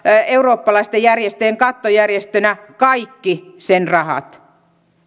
eurooppalaisten järjestöjen kattojärjestönä kaikki sen rahat